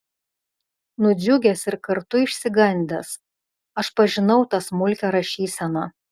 nudžiugęs ir kartu išsigandęs aš pažinau tą smulkią rašyseną